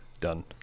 Done